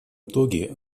итоге